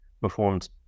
performed